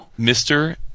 Mr